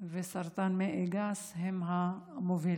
וסרטן המעי הגס הם המובילים.